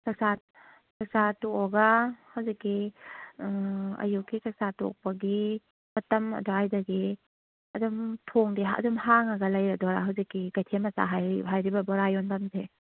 ꯆꯥꯛꯆꯥ ꯆꯥꯛꯆꯥ ꯇꯣꯛꯑꯒ ꯍꯧꯖꯤꯛꯀꯤ ꯑꯌꯨꯛꯀꯤ ꯆꯥꯛꯆꯥ ꯇꯣꯛꯄꯒꯤ ꯃꯇꯝ ꯑꯗꯨꯋꯥꯏꯗꯒꯤ ꯑꯗꯨꯝ ꯊꯣꯡꯗꯤ ꯑꯗꯨꯝ ꯍꯥꯡꯉꯒ ꯂꯩꯔꯗꯣꯏꯔꯥ ꯍꯧꯖꯤꯛꯀꯤ ꯀꯩꯊꯦꯜ ꯃꯆꯥ ꯍꯥꯏꯔꯤꯕ ꯕꯣꯔꯥ ꯌꯣꯟꯐꯝꯁꯦ